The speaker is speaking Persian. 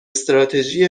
استراتژی